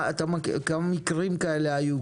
כמה מקרים כאלה היו?